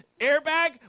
Airbag